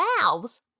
mouths